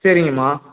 சரிங்கம்மா